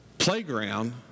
playground